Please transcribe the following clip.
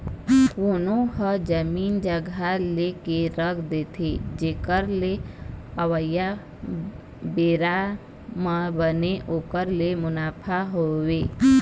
कोनो ह जमीन जघा लेके रख देथे जेखर ले अवइया बेरा म बने ओखर ले मुनाफा होवय